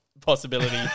possibility